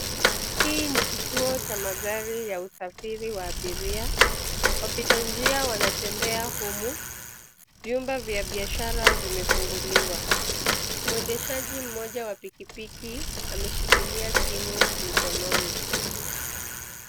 Hii ni kituo cha magari ya usafiri wa abiria. Wapita njia wanatembea humu. Vyumba vya biashara vimefunguliwa. Mwendeshaji mmoja wa pikipiki ameshikilia simu mikononi.